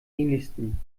ähnlichsten